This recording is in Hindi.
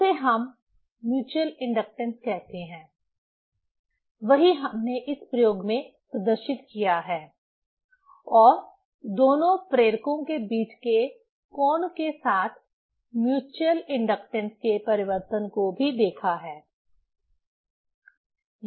उसे हम म्यूच्यूअल इंडक्टेंस कहते हैं वही हमने इस प्रयोग में प्रदर्शित किया है और दोनों प्रेरकों के बीच के कोण के साथ म्यूच्यूअल इंडक्टेंस के परिवर्तन को भी देखा है